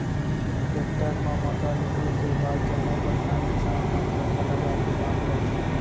tractor म मता लेहे के बाद जम्मो बनिहार किसान मन थरहा लगाए के काम करथे